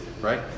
right